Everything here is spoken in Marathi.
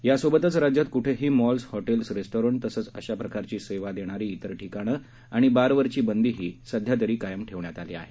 यासोबतच राज्यात कुठेही मॉल्स हॉटेल्स रेस्टॅरंट तसेच अशा प्रकारची सेवा देणारी इतर ठिकाणं आणि बारवरची बंदीही सध्यातरी कायम ठेवण्यात आली आहे